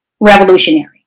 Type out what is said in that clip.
revolutionary